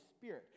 Spirit